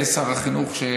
שר החינוך,